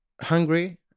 hungry